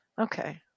Okay